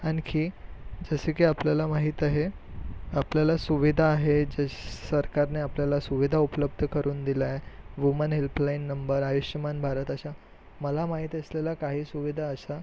आणखी जसे की आपल्याला माहीत आहे आपल्याला सुविधा आहेत सरकारने आपल्याला सुविधा उपलब्ध करून दिल्या आहे woman helpline number Ayushman Bharat अशा मला माहीत असलेल्या काही सुविधा अशा